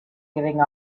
giving